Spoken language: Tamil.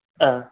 ஆ